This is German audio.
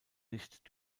nicht